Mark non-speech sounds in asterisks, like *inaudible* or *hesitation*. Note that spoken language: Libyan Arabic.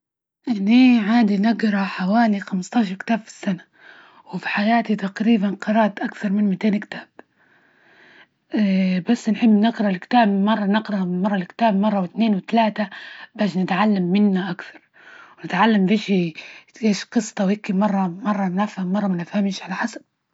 أني عادي نجرا حوالي خمسة عشر كتاب في السنة، وفي حياتي تقريبا قرأت أكثر من مئتين كتاب. *hesitation* بس نحب نقرأ الكتاب مرة نقرأ، مرة الكتاب مرة وإثنين وتلاتة، بش نتعلم منه أكثر ونتعلم بيشي قصته وهيكي مرة، مرة نفهم، مرة ما نفهمش على حسب.